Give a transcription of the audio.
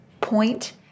point